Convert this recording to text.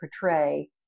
portray